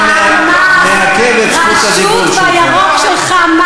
אתה מעכב את רשות הדיבור שלך.